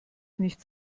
nichts